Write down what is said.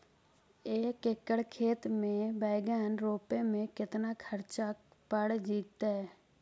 एक एकड़ खेत में बैंगन रोपे में केतना ख़र्चा पड़ जितै?